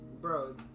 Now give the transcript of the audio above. Bro